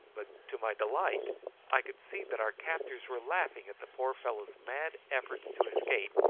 but to my delight i could see that our captors were laughing at the poor fellow's mad efforts to escape,